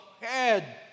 head